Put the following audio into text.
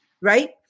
Right